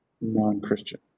non-Christian